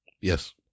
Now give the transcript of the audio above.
Yes